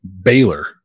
Baylor